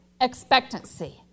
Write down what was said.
expectancy